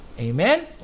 Amen